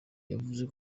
yavuze